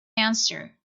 answer